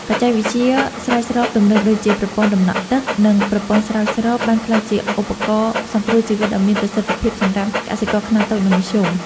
បច្ចេកវិទ្យាស្រោចស្រពទំនើបដូចជា ប្រព័ន្ធដំណក់ទឹក និងប្រព័ន្ធស្រោចស្រព បានក្លាយជាឧបករណ៍សង្គ្រោះជីវិតដ៏មានប្រសិទ្ធភាពសម្រាប់កសិករខ្នាតតូច និងមធ្យម។